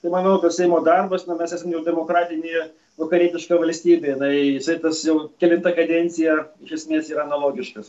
tai manau kad seimo darbas na mes esam jau demokratinėje vakarietiška valstybė na jisai tas jau kelintą kadenciją iš esmės yra analogiškas